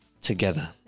together